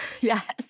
Yes